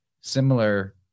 similar